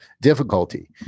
difficulty